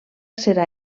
serà